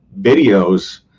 videos